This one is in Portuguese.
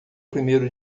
primeiro